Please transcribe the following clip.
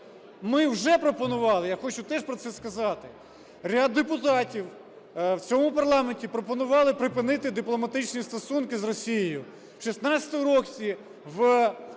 ми вже пропонували, я хочу теж про це сказати. Ряд депутатів в цьому парламенті пропонували припинити дипломатичні стосунки з Росією.